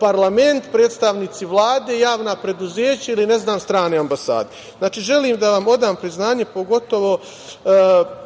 parlament, predstavnici Vlade, javna preduzeća ili strane ambasade. Znači, želim da vam odam priznanje, pogotovo